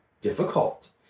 difficult